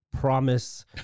promise